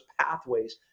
pathways